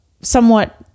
somewhat